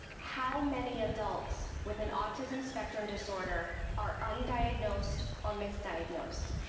how many adults with an autism spectrum disorder are undiagnosed or misdiagnosed?